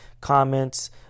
comments